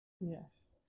Yes